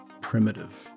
primitive